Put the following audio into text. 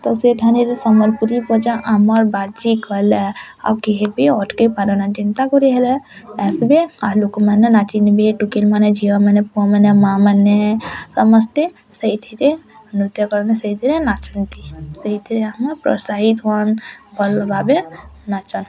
ଏସେ ଥାନେରେ ସମ୍ୱଲପୁରୀ ବଜା ଆମର ବାଜି ଗଲା ଆଉ କେହେବେ ଅଟକି ପାରନ୍ତା ନି ଚିନ୍ତା କରି ହେଲା ଆସ୍ବେ ଆଉ ଲୋକମାନେ ନାଚିଯିବେ ଟୁକେଲ ମାନେ ଝିଅମାନେ ପୁଅମାନେ ମାଆମାନେ ସମସ୍ତେ ସେଥିରେ ନୃତ୍ୟ କରନ୍ତି ସେଇଥିରେ ନାଚନ୍ତି ସେଇଥିରେ ଆମ ପ୍ରୋତ୍ସାହିତ ହୁଅନ୍ ଭଲ ଭାବେ ନାଚନ୍